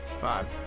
five